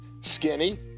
skinny